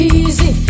easy